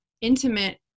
intimate